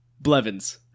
Blevins